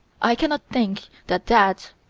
i cannot think that that,